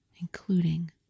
including